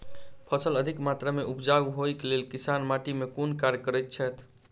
फसल अधिक मात्रा मे उपजाउ होइक लेल किसान माटि मे केँ कुन कार्य करैत छैथ?